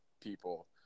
people